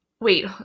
Wait